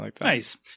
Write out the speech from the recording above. Nice